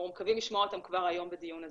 אנחנו מקווים לשמוע אותם כבר היום בדיון הזה.